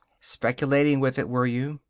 speculating with it, were you?